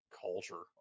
culture